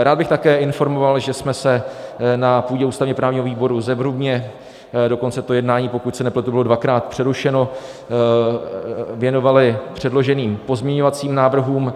Rád bych také informoval, že jsme se na půdě ústavněprávního výboru zevrubně dokonce to jednání, pokud se nepletu, bylo dvakrát přerušeno věnovali předloženým pozměňovacím návrhům.